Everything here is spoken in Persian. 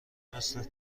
مثل